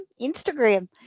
Instagram